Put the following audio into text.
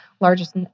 largest